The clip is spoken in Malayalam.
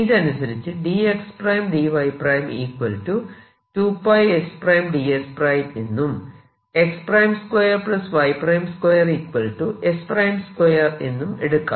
ഇതനുസരിച്ച് dx dy 2 sds എന്നും x 2 y 2 s2 എന്നും എടുക്കാം